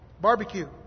Barbecue